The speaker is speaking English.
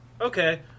Okay